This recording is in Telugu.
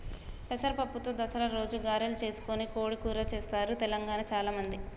పెసర పప్పుతో దసరా రోజు గారెలు చేసుకొని కోడి కూర చెస్తారు తెలంగాణాల చాల మంది